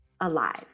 alive